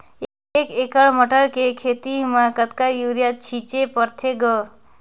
एक एकड़ मटर के खेती म कतका युरिया छीचे पढ़थे ग?